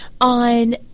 on